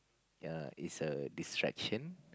yea it's a distraction